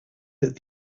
that